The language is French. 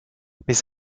mais